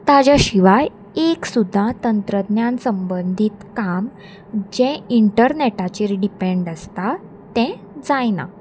ताज्या शिवाय एक सुद्दा तंत्रज्ञान संबंदीत काम जें इंटरनॅटाचेर डिपेंड आसता तें जायना